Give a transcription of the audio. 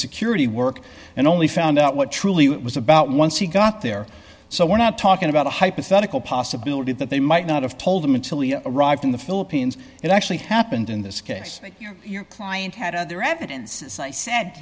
security work and only found out what truly it was about once he got there so we're not talking about a hypothetical possibility that they might not have told him until he arrived in the philippines it actually happened in this case your client had other evidence i said